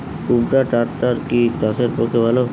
কুবটার ট্রাকটার কি চাষের পক্ষে ভালো?